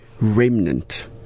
remnant